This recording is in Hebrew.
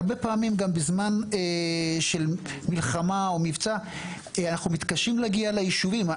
והרבה פעמים גם בזמן של מלחמה או מבצע אנחנו מתקשים להגיע ליישובים.